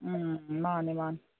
ꯎꯝ ꯃꯥꯅꯦ ꯃꯥꯅꯦ